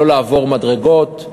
לא לעבור מדרגות.